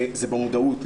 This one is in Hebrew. במודעות,